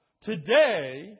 Today